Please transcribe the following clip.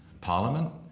parliament